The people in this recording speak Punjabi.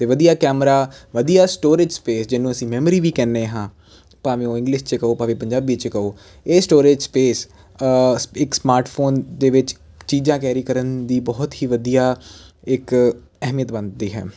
ਅਤੇ ਵਧੀਆ ਕੈਮਰਾ ਵਧੀਆ ਸਟੋਰੇਜ ਸਪੇਸ ਜਿਹਨੂੰ ਅਸੀਂ ਮੈਮਰੀ ਵੀ ਕਹਿੰਦੇ ਹਾਂ ਭਾਵੇਂ ਉਹ ਇੰਗਲਿਸ਼ 'ਚ ਕਹੋ ਭਾਵੇਂ ਪੰਜਾਬੀ 'ਚ ਕਹੋ ਇਹ ਸਟੋਰੇਜ ਸਪੇਸ ਇੱਕ ਸਮਾਰਟਫੋਨ ਦੇ ਵਿੱਚ ਚੀਜ਼ਾਂ ਕੈਰੀ ਕਰਨ ਦੀ ਬਹੁਤ ਹੀ ਵਧੀਆ ਇੱਕ ਅਹਿਮੀਅਤ ਬਣਦੀ ਹੈ